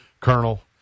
Colonel